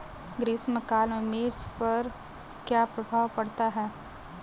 ग्रीष्म काल में मिर्च पर क्या प्रभाव पड़ता है?